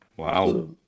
Wow